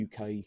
UK